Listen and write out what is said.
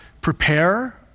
prepare